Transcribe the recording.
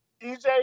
EJ